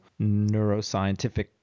neuroscientific